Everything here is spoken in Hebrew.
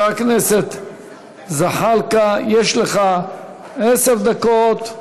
הכנסת זחאלקה, יש לך עשר דקות.